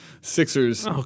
Sixers